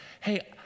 hey